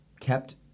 kept